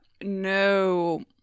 No